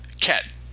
cat